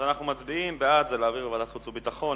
אז אנחנו מצביעים: בעד זה להעביר לוועדת החוץ והביטחון,